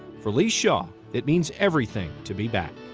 for lee shaw, it means everything to be back.